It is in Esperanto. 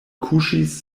kuŝis